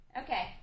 Okay